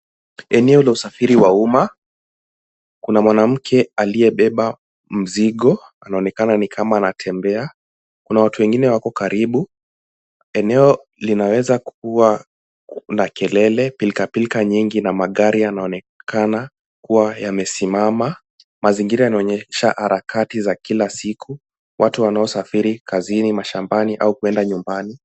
Eneo la usafiri wa umma. Kuna mwanamke aliyebeba mzigo. Anaonekana ni kama anatembea. Kuna watu wengine wako karibu. Eneo linaweza kuwa na kelele, pilka pilka nyingi na magari yanaonekana kuwa yamesimama. Mazingira yameonyesha harakati za kila siku. Watu wanaosafiri kazini mashambani au kwenda nyumbani.